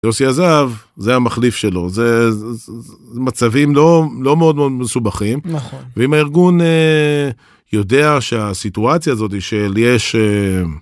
יוסי עזב, זה המחליף שלו, זה מצבים לא, לא מאוד מאוד מסובכים. נכון. ואם הארגון יודע שהסיטואציה הזאת היא של, יש...